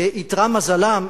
איתרע מזלם,